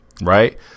right